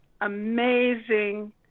amazing